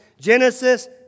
Genesis